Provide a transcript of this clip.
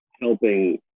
helping